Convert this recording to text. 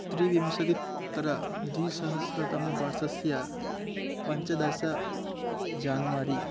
त्रिविंशत्युत्तर द्विसहस्रतमवर्षस्य पञ्चदश जानवरी